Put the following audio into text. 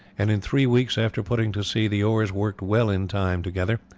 and in three weeks after putting to sea the oars worked well in time together,